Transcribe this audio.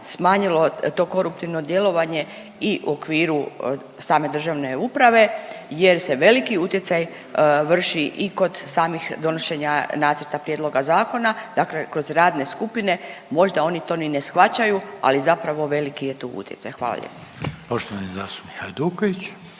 smanjilo to koruptivno djelovanje i u okviru same državne uprave jer se veliki utjecaj vrši i kod samih donošenja nacrta prijedloga zakona, dakle kroz radne skupine možda oni to ni ne shvaćaju, ali zapravo veliki je tu utjecaj. Hvala lijepo.